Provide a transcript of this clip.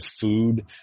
food